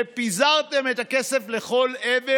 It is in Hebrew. ופיזרתם את הכסף לכל עבר.